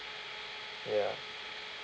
ya